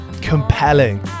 compelling